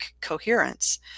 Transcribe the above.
coherence